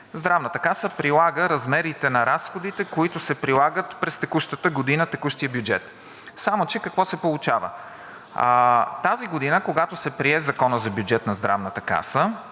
Здравната каса прилага размерите на разходите, които се прилагат през текущата година в текущия бюджет. Само че какво се получава? Тази година, когато се прие Законът за бюджет на Здравната каса,